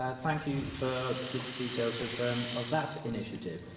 ah thank you for the details of um of that initiative.